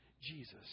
Jesus